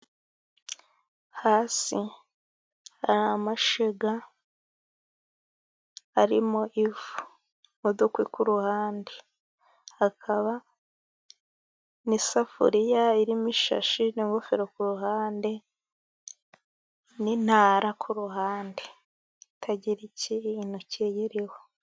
Hasi hari amashyiga arimo ivu n'udukwi ku ruhande. Hakaba n'isafuriya irimo ishashi, n'ingofero ku ruhande, n'intara ku ruhande itagira ikintu kiyiriho.